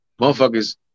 motherfuckers